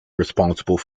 responsible